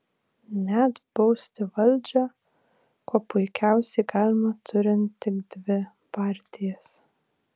net bausti valdžią kuo puikiausiai galima turint tik dvi partijas